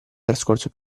trascorso